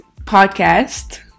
podcast